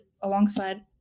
alongside